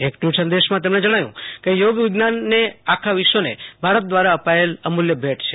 એક ટ્વીટ સંદેશામાં તેમણે જણાવ્યુ કે થોગ વિજ્ઞાનએ આખા વિશ્વને ભારત ક્રારા અપાયેલ અમુલ્ય ભેટ છે